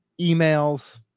emails